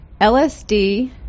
LSD